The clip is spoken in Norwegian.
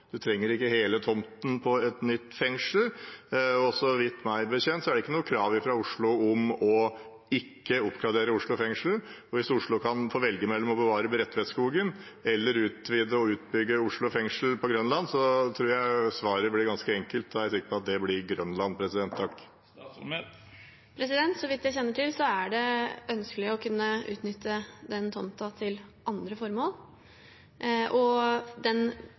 det ikke noe krav fra Oslo om å ikke oppgradere Oslo fengsel. Hvis Oslo kan få velge mellom å bevare Bredtvetskogen eller utvide og utbygge Oslo fengsel på Grønland, tror jeg svaret blir ganske enkelt, da er jeg sikker på at det blir Grønland. Så vidt jeg kjenner til, er det ønskelig å kunne utnytte den tomten til andre formål, og den